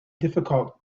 difficult